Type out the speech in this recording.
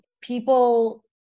people